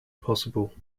possible